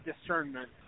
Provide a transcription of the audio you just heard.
discernment